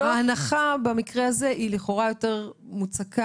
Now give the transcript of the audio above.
ההנחה במקרה הזה היא לכאורה יותר מוצקה,